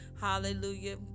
Hallelujah